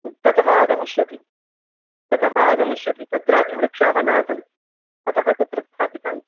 ततः आगमिष्यति ततः आगमिष्यति तत्रापि वृक्षाः नासन् अतः तत्र स्थापितानि